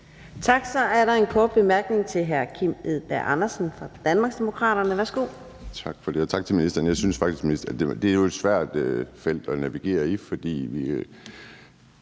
Tak. Så er der en kort bemærkning fra hr. Kim Edberg Andersen fra Danmarksdemokraterne. Værsgo. Kl. 09:26 Kim Edberg Andersen (DD): Tak for det, og tak til ministeren. Jeg synes faktisk, det er et svært felt at navigere i, fordi der